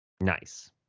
Nice